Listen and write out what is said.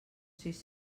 sis